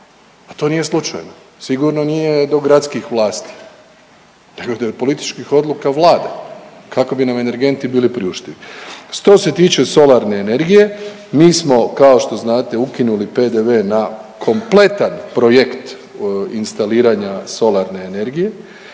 a to nije slučajno, sigurno nije do gradskih vlasti nego do političkih odluka Vlade kako bi nam energenti bili priuštivi. Što se tiče solarne energije mi smo kao što znate ukinuli PDV na kompletan projekt instaliranja solarne energije